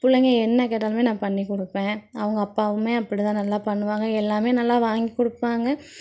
பிள்ளைங்க என்ன கேட்டாலுமே நான் பண்ணிக் கொடுப்பேன் அவங்க அப்பாவும் அப்படி தான் நல்லா பண்ணுவாங்க எல்லாமே நல்லா வாங்கி கொடுப்பாங்க